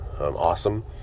awesome